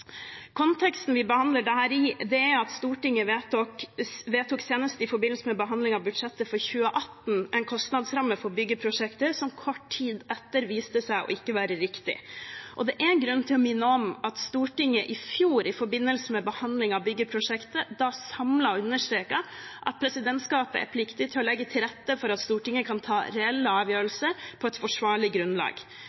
Konteksten vi behandler dette i, er at Stortinget senest i forbindelse med behandlingen av budsjettet for 2018 vedtok en kostnadsramme for byggeprosjektet som kort tid etter viste seg ikke å være riktig. Det er grunn til å minne om at Stortinget i fjor i forbindelse med behandling av byggeprosjektet samlet understreket at presidentskapet er pliktig til å «legge til rette for at Stortinget kan ta reelle